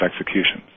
executions